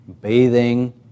bathing